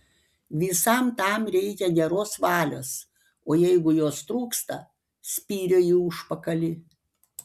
visam tam reikia geros valios o jeigu jos trūksta spyrio į užpakalį